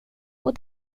och